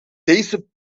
deze